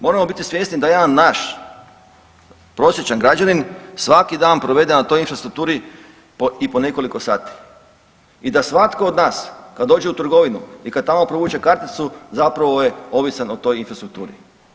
Moramo biti svjesni da jedan naš prosječan građanin svaki dan provede na toj infrastrukturi i po nekoliko sati i da svatko od nas kad dođe u trgovinu i kad tamo provuče karticu zapravo je ovisan o toj infrastrukturi.